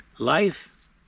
Life